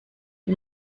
die